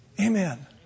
Amen